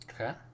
Okay